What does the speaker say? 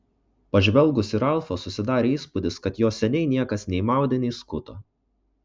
pažvelgus į ralfą susidarė įspūdis kad jo seniai niekas nei maudė nei skuto